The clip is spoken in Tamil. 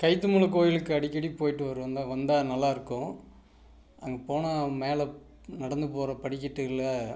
கைத்தமுனு கோயிலுக்கு அடிக்கடி போயிட்டு வருவேன்லை வந்தால் நல்லாயிருக்கும் அங்கே போனால் மேலே நடந்து போகிற படிக்கட்டில்